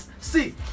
see